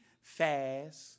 fast